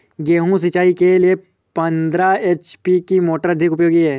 गेहूँ सिंचाई के लिए पंद्रह एच.पी की मोटर अधिक उपयोगी है?